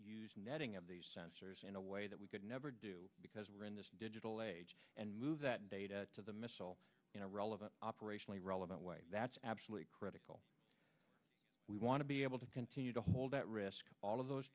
use netting of these sensors in a way that we could never do because we're in this digital age and move that data to the missile in a relevant operationally relevant way that's absolutely critical we want to be able to continue to hold at risk all of those